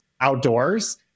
outdoors